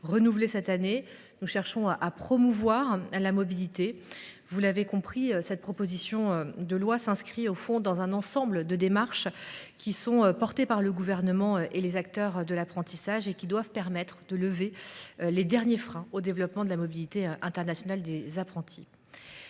renouvelées cette année, nous allons promouvoir la mobilité. Bref, vous l’aurez compris, cette proposition de loi s’inscrit dans un continuum de projets et d’initiatives portées par le Gouvernement et les acteurs de l’apprentissage, et qui doivent permettre de lever les derniers freins au développement de la mobilité internationale des apprentis.